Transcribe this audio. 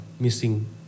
missing